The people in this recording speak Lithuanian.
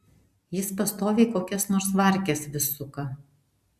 jis pastoviai kokias nors varkes vis suka